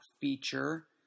feature